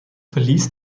verließ